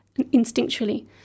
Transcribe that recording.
instinctually